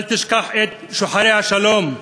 אל תשכח את שוחרי השלום /